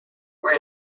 were